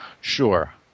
Sure